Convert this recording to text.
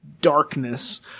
darkness